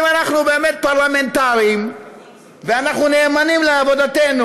אם אנחנו באמת פרלמנטרים ואנחנו נאמנים לעבודתנו,